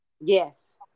Yes